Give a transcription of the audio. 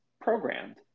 programmed